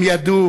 הם ידעו